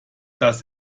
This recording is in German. dass